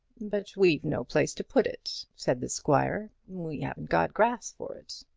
but we've no place to put it! said the squire. we haven't got grass for it!